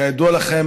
כידוע לכם,